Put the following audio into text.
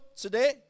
today